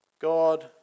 God